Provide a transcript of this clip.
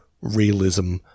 realism